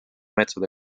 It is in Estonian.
metsade